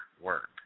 work